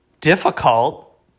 difficult